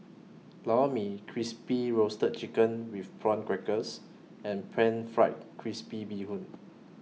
Lor Mee Crispy Roasted Chicken with Prawn Crackers and Pan Fried Crispy Bee Hoon